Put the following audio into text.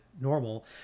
normal